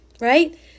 right